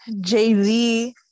Jay-Z